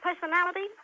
personality